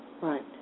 Right